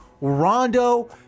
Rondo